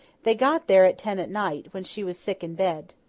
they got there at ten at night, when she was sick in bed.